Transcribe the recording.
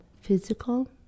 physical